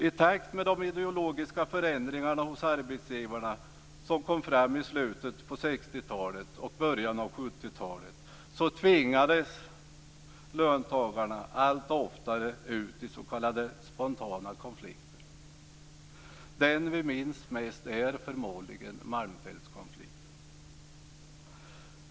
I takt med de ideologiska förändringar hos arbetsgivarna som kom fram i slutet av 60-talet och början av 70-talet tvingades löntagarna allt oftare ut i s.k. spontana konflikter. Den vi minns mest är förmodligen Malmfältskonflikten.